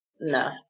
no